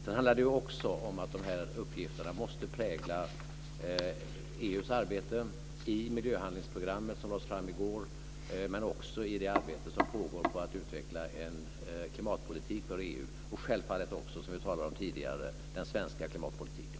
Sedan handlar det också om att de här uppgifterna måste prägla EU:s arbete i miljöhandlingsprogrammet, som lades fram i går, men också i det arbete som pågår med att utveckla en klimatpolitik för EU och självfallet också, som vi talade om tidigare, för den svenska klimatpolitiken.